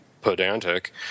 pedantic